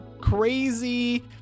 crazy